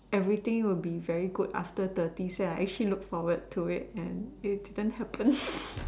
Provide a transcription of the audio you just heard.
everything would be very good after thirties and I actually look forward to it and it didn't happen